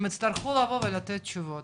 הם יצטרכו לבוא ולתת תשובות.